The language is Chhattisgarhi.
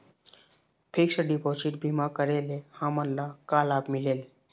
फिक्स डिपोजिट बीमा करे ले हमनला का लाभ मिलेल?